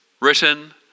Written